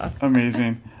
Amazing